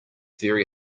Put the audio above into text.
very